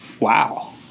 wow